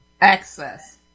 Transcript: Access